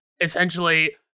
Essentially